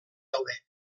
daude